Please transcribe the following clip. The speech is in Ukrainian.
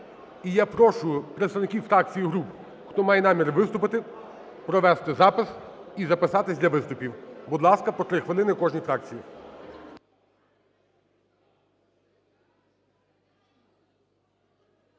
І я прошу представників фракцій і груп, хто має намір виступити, провести запис і записатись для виступів. Будь ласка, по 3 хвилини кожній фракції.